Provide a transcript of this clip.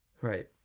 right